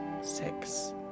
six